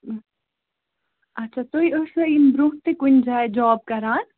اچھا تُہۍ ٲسوا ییٚمہِ برٛونٛہہ تہِ کُنہِ جاے جاب کَران